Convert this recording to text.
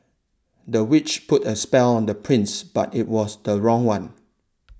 the witch put a spell on the prince but it was the wrong one